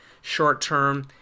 short-term